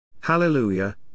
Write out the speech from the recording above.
Hallelujah